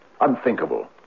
unthinkable